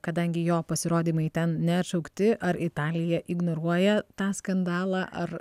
kadangi jo pasirodymai ten neatšaukti ar italija ignoruoja tą skandalą ar